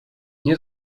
nie